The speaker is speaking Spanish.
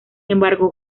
embargo